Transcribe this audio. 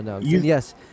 Yes